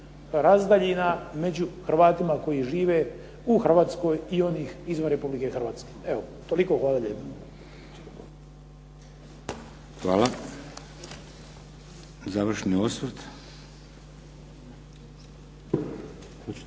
razdaljina među Hrvatima koji žive u Hrvatskoj i onih izvan Republike Hrvatske. Toliko. Hvala lijepa. **Šeks,